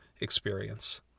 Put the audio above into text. experience